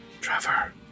Trevor